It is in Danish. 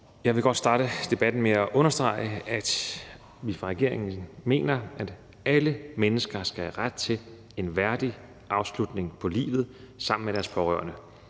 Jeg vil godt starte debatten med at understrege, at vi fra regeringens side mener, at alle mennesker skal have ret til en værdig afslutning på livet – sammen med deres pårørende